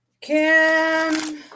Kim